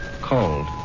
cold